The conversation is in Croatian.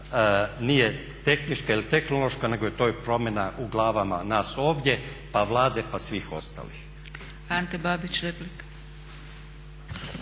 nije tehnička ili tehnološka nego je to promjena u glavama nas ovdje pa Vlade pa svih ostalih.